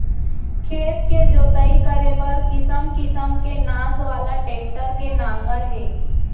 खेत के जोतई करे बर किसम किसम के नास वाला टेक्टर के नांगर हे